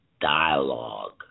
dialogue